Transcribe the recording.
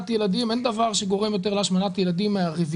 ראשית,